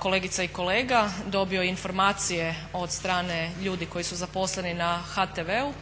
kolegica i kolege dobio informacije od strane ljudi koji su zaposleni na HTV-u.